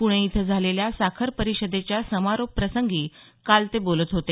पूणे इथं झालेल्या साखर परिषदेच्या समारोपप्रसंगी ते काल बोलत होते